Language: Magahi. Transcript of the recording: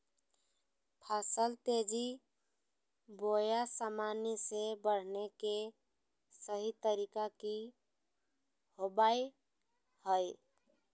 फसल तेजी बोया सामान्य से बढने के सहि तरीका कि होवय हैय?